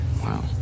Wow